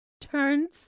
turns